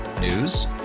News